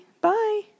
Bye